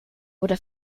wurde